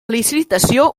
licitació